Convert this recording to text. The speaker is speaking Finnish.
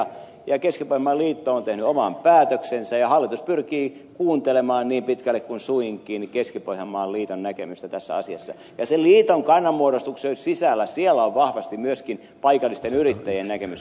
keski pohjanmaan liitto on tehnyt oman päätöksensä ja hallitus pyrkii kuuntelemaan niin pitkälle kuin suinkin keski pohjanmaan liiton näkemystä tässä asiassa ja sen liiton kannanmuodostuksen sisällä on vahvasti myöskin paikallisten yrittäjien näkemys mukana